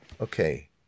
Okay